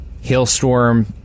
hailstorm